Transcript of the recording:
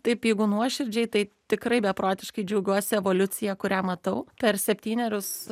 taip jeigu nuoširdžiai tai tikrai beprotiškai džiaugiuosi evoliucija kurią matau per septynerius